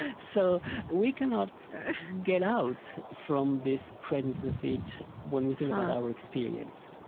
ah so we cannot get out from this presence of heat when we think about our experience.